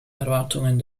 erwartungen